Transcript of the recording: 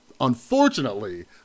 Unfortunately